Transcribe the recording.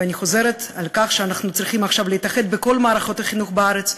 ואני חוזרת על כך שאנחנו צריכים עכשיו להתאחד בכל מערכות החינוך בארץ,